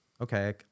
okay